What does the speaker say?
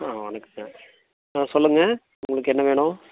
ஆ வணக்கம்க ஆ சொல்லுங்க உங்களுக்கு என்ன வேணும்